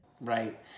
Right